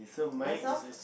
that's all